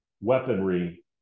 weaponry